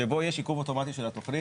שבו יש עיכוב אוטומטי של התוכנית,